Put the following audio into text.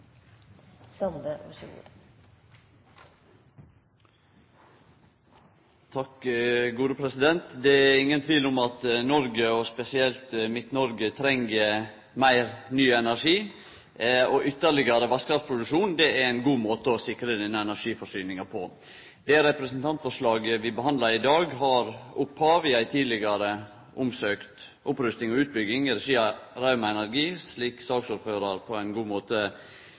i NVE. Så ønsker jeg representanten Røbekk Nørve lykke til med å forklare og håndtere denne saken i sine hjemlige medier og i sitt lokalparti. Det er ingen tvil om at Noreg, og spesielt Midt-Noreg, treng meir ny energi, og ytterlegare vasskraftproduksjon er ein god måte å sikre denne energiforsyninga på. Det representantforslaget vi behandlar i dag, har opphav i ei tidlegare omsøkt opprusting og utbygging i